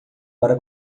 para